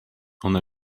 ona